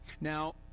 Now